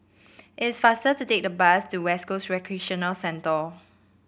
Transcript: it is faster to take the bus to West Coast Recreation Centre